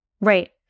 Right